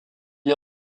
est